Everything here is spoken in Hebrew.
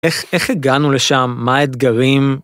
איך הגענו לשם? מה האתגרים?